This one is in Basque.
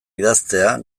idaztea